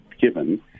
given